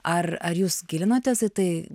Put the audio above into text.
ar ar jūs gilinotės į tai